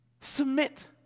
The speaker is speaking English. Submit